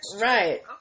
Right